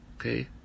Okay